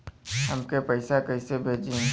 हमके पैसा कइसे भेजी?